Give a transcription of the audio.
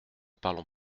parlons